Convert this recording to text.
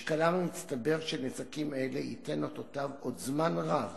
משקלם המצטבר של נזקים אלה ייתן אותותיו עוד זמן רב